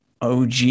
OG